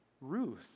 Ruth